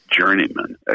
journeyman